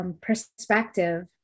perspective